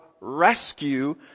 rescue